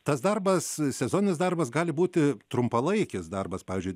tas darbas sezoninis darbas gali būti trumpalaikis darbas pavyzdžiui